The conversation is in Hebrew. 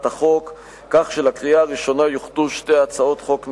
החוק כך שלקריאה הראשונה יוכנו שתי הצעות חוק נפרדות,